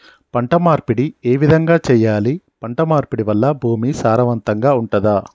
పంట మార్పిడి ఏ విధంగా చెయ్యాలి? పంట మార్పిడి వల్ల భూమి సారవంతంగా ఉంటదా?